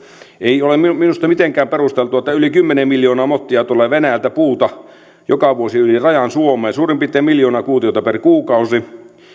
ei ole minusta mitenkään perusteltua että yli kymmenen miljoonaa mottia tulee venäjältä puuta joka vuosi yli rajan suomeen suurin piirtein miljoona kuutiota per kuukausi